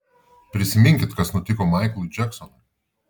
prisiminkit kas nutiko maiklui džeksonui